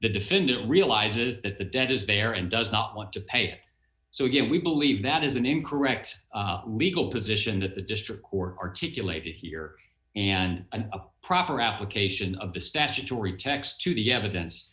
the defendant realizes that the debt is there and does not want to pay so again we believe that is an incorrect legal position that the district court articulated here and a proper application of the statutory text to the evidence